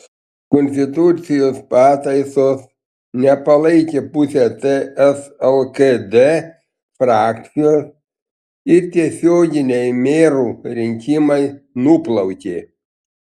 konstitucijos pataisos nepalaikė pusė ts lkd frakcijos ir tiesioginiai merų rinkimai nuplaukė